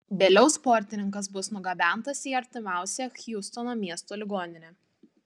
vėliau sportininkas bus nugabentas į artimiausią hjustono miesto ligoninę